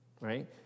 right